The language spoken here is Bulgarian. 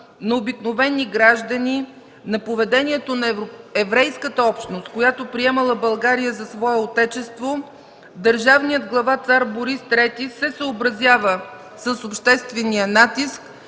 на обикновени граждани, на поведението на еврейската общност, която приемала България за свое отечество, държавният глава Цар Борис ІІІ се съобразява с обществения натиск